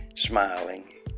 Smiling